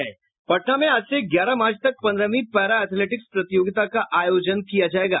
पटना में आज से ग्यारह मार्च तक पन्द्रहवीं पैरा एथलेटिक्स प्रतियोगिता का आयोजन किया जायेगा